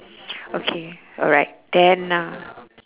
okay alright then uh